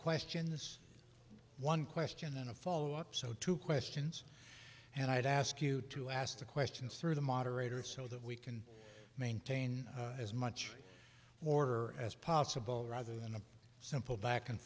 questions one question then a follow up so two questions and i'd ask you to ask the questions through the moderator so that we can maintain as much order as possible rather than a simple back and